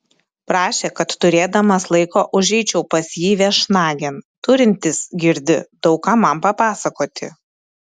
prašė kad turėdamas laiko užeičiau pas jį viešnagėn turintis girdi daug ką man papasakoti